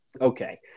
okay